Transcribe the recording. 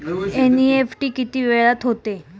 NEFT किती वेळात होते?